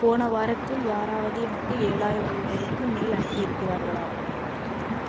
போன வாரத்தில் யாராவது எனக்கு ஏழாயிரம் ரூபாய்க்கு மேல் அனுப்பி இருக்கிறார்களா